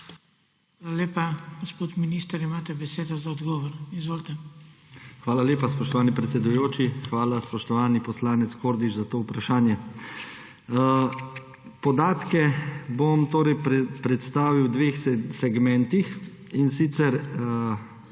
Hvala lepa. Gospod minister, imate besedo za odgovor. Izvolite. **JANEZ CIGLER KRALJ:** Hvala lepa, spoštovani predsedujoči. Hvala, spoštovani poslanec Kordiš, za to vprašanje. Podatke bom predstavil v dveh segmentih, in sicer